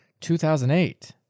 2008